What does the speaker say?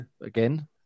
again